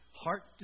heart